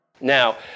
Now